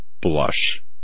blush